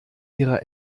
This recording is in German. ihrer